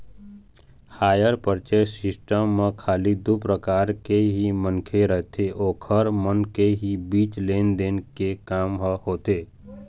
hire purchase system म खाली दू परकार के ही मनखे रहिथे ओखर मन के ही बीच लेन देन के काम ह होथे